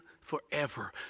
forever